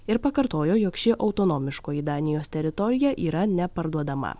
ir pakartojo jog ši autonomiškoji danijos teritorija yra neparduodama